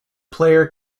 player